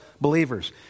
believers